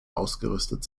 ausgerüstet